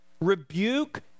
rebuke